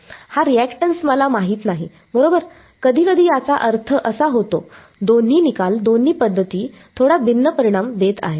हा रिएक्टन्स मला माहित नाही बरोबर कधीकधी याचा अर्थ असा होतो दोन्ही निकाल दोन्ही पद्धती थोडा भिन्न परिणाम देत आहेत